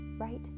Right